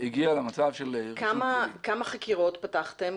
כמה חקירות פתחתם?